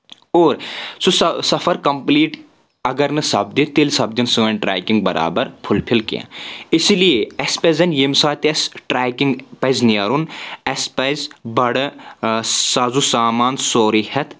اور سُہ س ہ سفر کمپلیٖٹ اگر نہٕ سپدِ تیٚلہِ سپدِ نہٕ سٲنۍ ٹریکنگ برابر فُلفِل کینٛہہ اِسلیے اَسہِ پَزن ییٚمہِ ساتن ٹریکنگ پزِ نیرُن اَسہِ پزِ بڑٕ سازو سامان سورُے ہیٚتھ